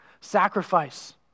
Sacrifice